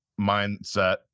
mindset